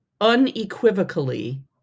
unequivocally